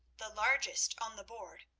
the largest on the board,